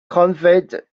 conveyed